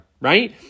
right